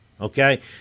Okay